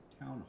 town